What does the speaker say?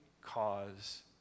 cause